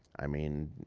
i mean,